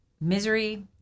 Misery